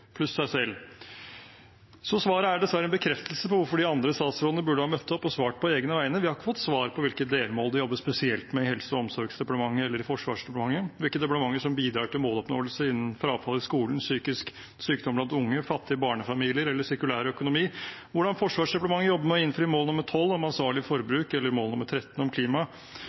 pluss seg selv – på 5 minutter. Så svaret er dessverre en bekreftelse på hvorfor de andre statsrådene burde ha møtt opp og svart på egne vegne. Vi har ikke fått svar på hvilke delmål de jobber spesielt med i Helse- og omsorgsdepartementet eller Forsvarsdepartementet, hvilke departementer som bidrar til måloppnåelse innen frafall i skolen, psykisk sykdom blant unge, fattige barnefamilier eller sirkulær økonomi, hvordan Forsvarsdepartementet jobber med å innfri mål nr. 12, om ansvarlig forbruk, eller mål nr. 13, om